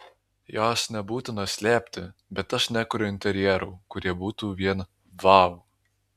jos nebūtina slėpti bet aš nekuriu interjerų kurie būtų vien vau